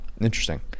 interesting